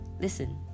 Listen